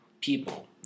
people